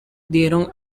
dieron